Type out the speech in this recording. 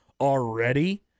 already